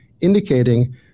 indicating